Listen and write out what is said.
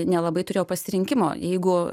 nelabai turėjo pasirinkimo jeigu